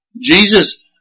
Jesus